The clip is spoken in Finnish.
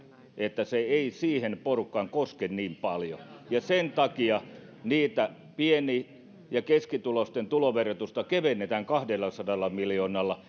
että se ei siihen porukkaan koske niin paljon sen takia pieni ja keskituloisten tuloverotusta kevennetään kahdellasadalla miljoonalla